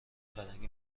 فرنگی